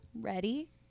Ready